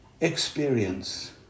experience